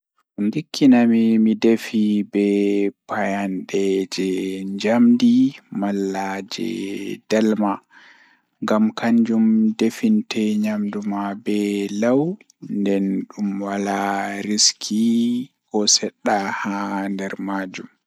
Jangirde mi ɓuri yiɗugo wakkati mido makaranta kannjum woni Miɗo yiɗi cuɓoraaɗi mbadi kala ɗe geɗe ɗiɗi, ko yowitorde ɓe e tawru ngeewre. Ɓe aɗa njogii mi saɗaaki kaɓe ɗum njogii, ko njogii so miɗo waɗi neɗɗaare moƴƴere e nyallude njamaaji.